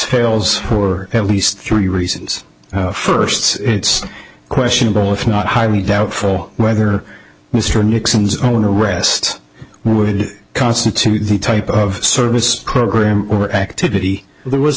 scales or at least three reasons first it's questionable if not highly doubtful whether mr nixon's own arrest would constitute the type of service program or activity there was